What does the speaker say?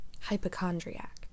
hypochondriac